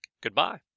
Goodbye